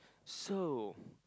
so